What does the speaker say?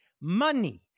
money